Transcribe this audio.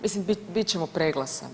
Mislim bit će preglasan.